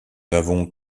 n’avons